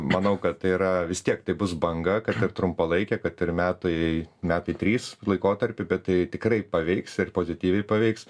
manau kad tai yra vis tiek tai bus banga kad ir trumpalaikė kad ir metai metai trys laikotarpiu bet tai tikrai paveiks ir pozityviai paveiks